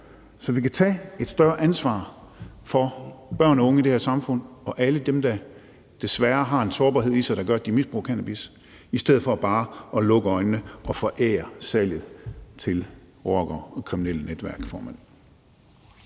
så vi kan tage et større ansvar for børn og unge i det her samfund og alle dem, der desværre har en sårbarhed i sig, der gør, at de misbruger cannabis, i stedet for bare at lukke øjnene og forære salget til rockere og kriminelle netværk. Tak, formand.